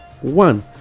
one